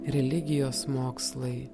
religijos mokslai